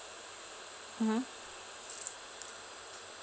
mmhmm